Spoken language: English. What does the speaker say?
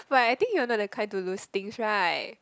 but I think you're not that kind to lose things right